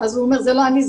הוא אומר זה לא אני,